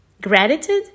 gratitude